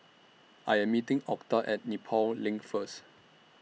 I Am meeting Octa At Nepal LINK First